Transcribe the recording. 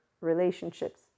relationships